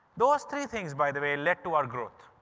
those three things, by the way, led to our growth.